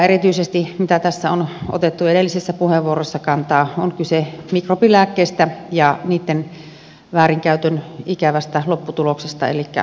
erityisesti kuten tässä on otettu edellisissä puheenvuoroissa kantaa on kyse mikrobilääkkeistä ja niitten väärinkäytön ikävästä lopputuloksesta elikkä antibioottiresistenssistä